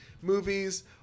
movies